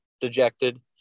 dejected